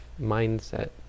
mindset